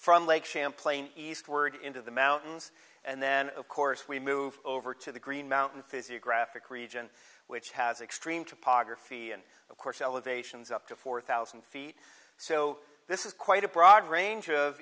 from lake champlain eastward into the mountains and then of course we moved over to the green mountain fizzy a graphic region which has extreme topography and of course elevations up to four thousand feet so this is quite a broad range of